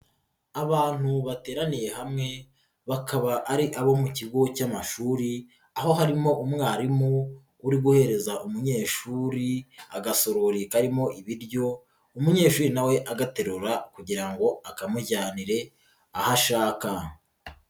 Abantu bateraniye hamwe bakaba ari abo mu kigo cy'amashuri, aho harimo umwarimu uri guhereza umunyeshuri agashorori karimo ibiryo, umunyeshuri nawe agaterura kugira ngo akamujyanire aho ashaka.